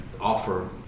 offer